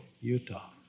Utah